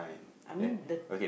I mean the